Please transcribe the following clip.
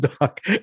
doc